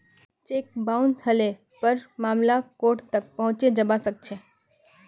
cheque bounce हले पर मामला कोर्ट तक पहुंचे जबा सकछे